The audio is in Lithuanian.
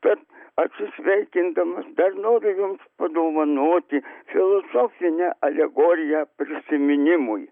tad atsisveikindamas dar noriu jums padovanoti filosofinę alegoriją prisiminimui